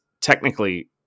technically